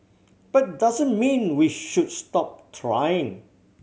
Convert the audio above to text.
but doesn't mean we should stop trying